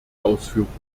ausführung